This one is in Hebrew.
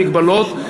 במגבלות,